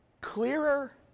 clearer